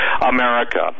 America